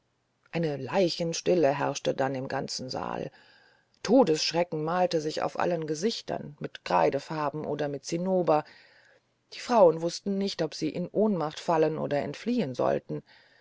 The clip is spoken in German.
eine leichenstille herrschte dann im ganzen saale todesschreck malte sich auf allen gesichtern mit kreidefarbe oder mit zinnober die frauen wußten nicht ob sie in ohnmacht fallen oder entfliehen sollten